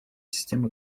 системы